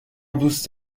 دوست